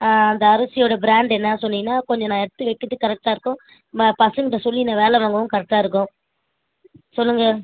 அந்த அரிசியோடய ப்ராண்ட் என்ன சொன்னீங்கன்னால் கொஞ்சம் நான் எடுத்து வைக்கிறத்துக்கு கரெக்டா இருக்கும் ம பசங்கள்கிட்ட சொல்லி நான் வேலை வாங்கவும் கரெக்டாக இருக்கும் சொல்லுங்கள்